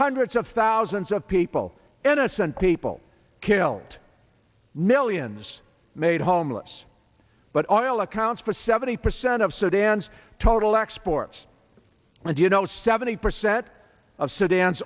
hundreds of thousands of people innocent people killed millions made homeless but our oil accounts for seventy percent of sudan's total exports and you know seventy percent of sudan